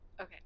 Okay